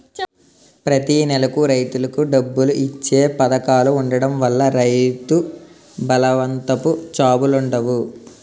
ప్రతి నెలకు రైతులకు డబ్బులు ఇచ్చే పధకాలు ఉండడం వల్ల రైతు బలవంతపు చావులుండవు